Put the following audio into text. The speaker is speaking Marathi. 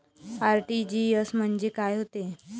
आर.टी.जी.एस म्हंजे काय होते?